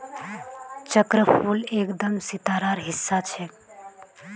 चक्रफूल एकदम सितारार हिस्सा ह छेक